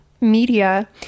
media